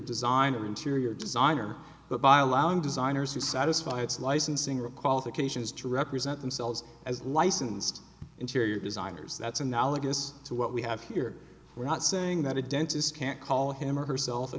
designer interior designer but by allowing designers to satisfy its licensing requalification is to represent themselves as licensed interior designers that's analogous to what we have here we're not saying that a dentist can't call him or herself a